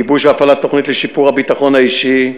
גיבוש והפעלת תוכנית לשיפור הביטחון האישי,